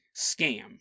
scam